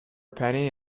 penny